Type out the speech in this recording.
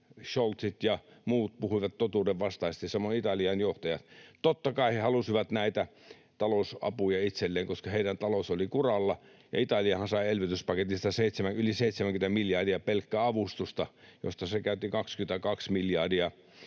Scholzit ja muut, puhuivat totuudenvastaisesti, samoin Italian johtaja. Totta kai he halusivat näitä talousapuja itselleen, koska heidän taloutensa oli kuralla, ja Italiahan sai elvytyspaketista yli 70 miljardia pelkkää avustusta, josta se käytti 22 miljardia